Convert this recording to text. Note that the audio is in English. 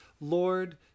Lord